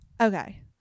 okay